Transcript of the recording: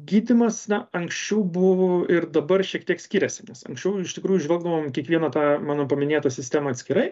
gydymas na anksčiau buvo ir dabar šiek tiek skiriasi nes anksčiau iš tikrųjų žvelgdavom į kiekvieną tą mano paminėtą sistemą atskirai